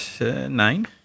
nine